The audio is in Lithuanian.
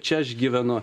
čia aš gyvenu